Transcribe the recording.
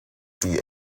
the